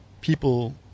people